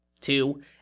two